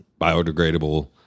biodegradable